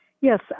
Yes